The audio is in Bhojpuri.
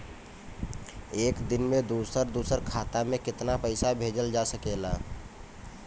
एक दिन में दूसर दूसर खाता में केतना पईसा भेजल जा सेकला?